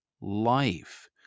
life